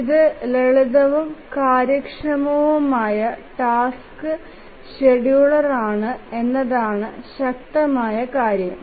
ഇത് ലളിതവും കാര്യക്ഷമവുമായ ടാസ്ക് ഷെഡ്യൂളറാണ് എന്നതാണ് ശക്തമായ കാര്യം